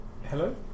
Hello